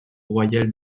royal